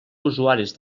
usuaris